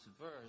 verse